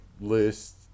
list